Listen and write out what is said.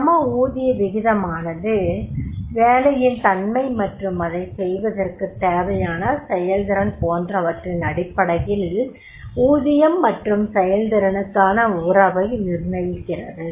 சம ஊதிய விகிதமானது வேலையின் தன்மை மற்றும் அதைச் செய்வதற்குத் தேவையான செயல்திறன் போன்றவற்றின் அடிப்படையில் ஊதியம் மற்றும் செயல்திறனுக்கான உறவை நிர்ணயிக்கிறது